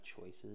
choices